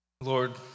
Lord